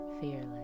fearless